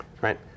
Right